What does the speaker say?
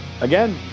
again